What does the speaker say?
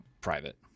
private